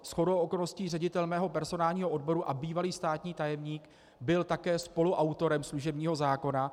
Shodou okolností ředitel mého personálního odboru a bývalý státní tajemník byl také spoluautorem služebního zákona.